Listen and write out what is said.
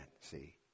see